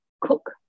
cook